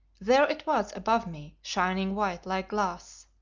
there it was above me shining white like glass.